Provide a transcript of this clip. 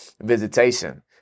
visitation